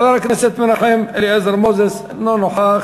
חבר הכנסת מנחם אליעזר מוזס, אינו נוכח.